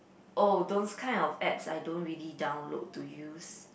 oh those kind of apps I don't really download to use